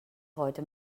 heute